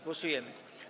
Głosujemy.